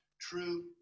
true